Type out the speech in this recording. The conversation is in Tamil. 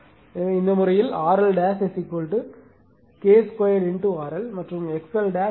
எனவே இந்த முறையில் RL K 2 RL மற்றும் XL K 2 XL